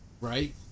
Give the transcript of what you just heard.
Right